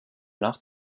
nacht